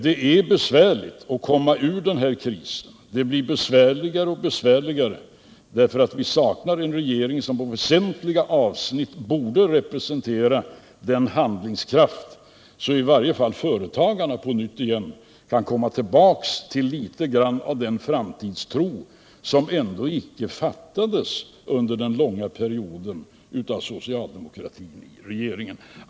Det är besvärligt att komma ur denna kris, och det blir svårare och svårare, eftersom vi saknar en regering som på väsentliga avsnitt borde representera en sådan handlingskraft, att företagarna kunde få igen i varje fall litet grand av den framtidstro som ändå icke fattades under den långa period då socialdemokratin var i regeringsställning.